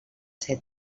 ser